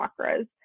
chakras